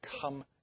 come